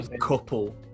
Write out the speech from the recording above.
couple